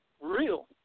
real